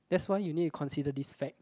that's why you need to consider this fact